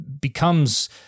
becomes